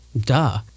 Duh